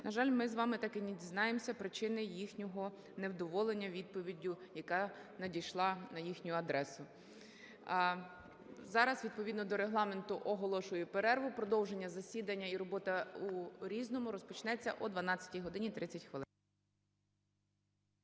на жаль, ми з вами так і не дізнаємося причини їхнього невдоволення відповіддю, яка надійшла на їхню адресу. Зараз відповідно до Регламенту оголошую перерву. Продовження засідання і робота у "Різному" розпочнеться о 12 годині 30 хвилин.